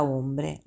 ombre